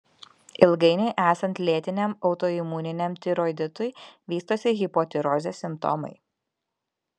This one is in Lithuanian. ilgainiui esant lėtiniam autoimuniniam tiroiditui vystosi hipotirozės simptomai